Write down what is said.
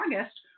August